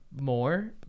more